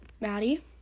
Maddie